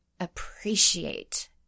Appreciate